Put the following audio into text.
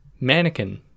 mannequin